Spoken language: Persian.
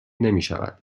نمیشود